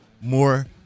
more